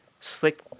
Slick